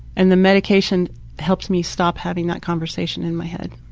and the medication helped me stop having that conversation in my head.